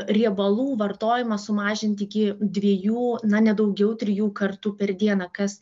riebalų vartojimą sumažinti iki dviejų na ne daugiau trijų kartų per dieną kas